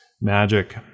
magic